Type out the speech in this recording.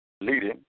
leading